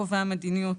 קובעים המדיניות,